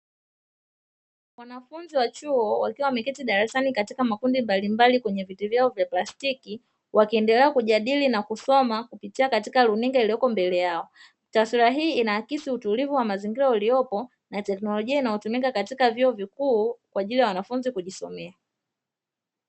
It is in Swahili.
Wanafunzi wa chuo wakiwa wameketi darasani katika makundi mbalimbali kwenye viti vyao vya plastiki, wakiendelea kujadili na kusoma kupitia katika runinga iliyoko mbele yao. Taswira hii inaakisi utulivu wa mazingira uliopo na teknolojia inayotumika katika vyuo vikuu, kwa ajili ya wanafunzi kujisomea.